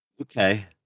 Okay